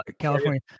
California